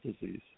disease